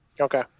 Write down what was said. Okay